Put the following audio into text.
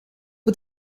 het